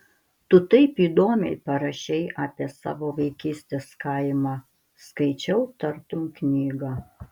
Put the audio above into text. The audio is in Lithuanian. tu taip įdomiai parašei apie savo vaikystės kaimą skaičiau tartum knygą